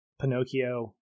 Pinocchio